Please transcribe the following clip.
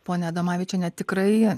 ponia adomavičiene tikrai